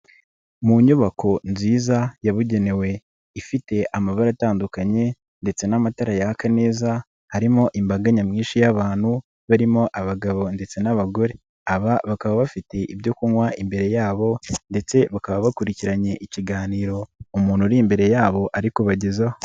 Mu nyubako nziza yabugenewe ifite amabara atandukanye ndetse n'amatara yaka neza, harimo imbaga nyamwinshi y'abantu barimo abagabo ndetse n'abagore, aba bakaba bafite ibyo kunywa imbere yabo ndetse bakaba bakurikiranye ikiganiro umuntu uri imbere yabo ari kubagezaho.